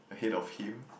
ahead of him